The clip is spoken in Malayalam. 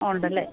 ഉണ്ടല്ലേ